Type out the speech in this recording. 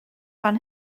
fan